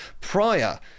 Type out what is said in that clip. prior